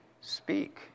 Speak